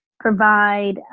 provide